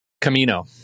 camino